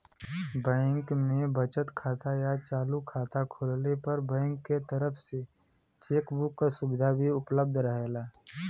bank में बचत खाता या चालू खाता खोलले पर बैंक के तरफ से चेक बुक क सुविधा भी उपलब्ध रहेला